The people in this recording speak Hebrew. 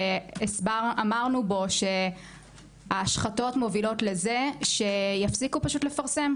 שאמרנו בו שההשחתות מובילות לזה שיפסיקו לפרסם.